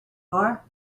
for